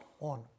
on